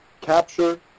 capture